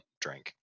drink